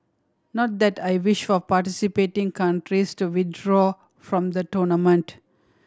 not that I wish for participating countries to withdraw from the tournament